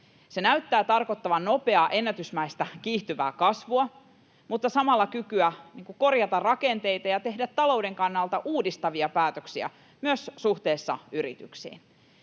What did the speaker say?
Se näyttää tarkoittavan nopeaa, ennätysmäistä, kiihtyvää kasvua, mutta samalla kykyä korjata rakenteita ja tehdä talouden kannalta uudistavia päätöksiä myös suhteessa yrityksiin.